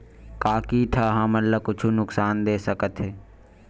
का कीट ह हमन ला कुछु नुकसान दे सकत हे?